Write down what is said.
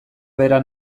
bera